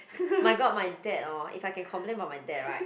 my god my dad hor if I can complain about my dad right